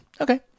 Okay